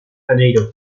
janeiro